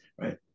right